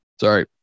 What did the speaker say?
sorry